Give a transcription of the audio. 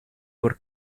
por